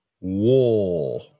War